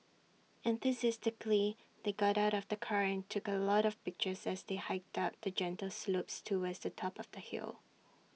enthusiastically they got out of the car and took A lot of pictures as they hiked up the gentle slopes towards the top of the hill